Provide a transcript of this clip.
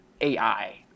AI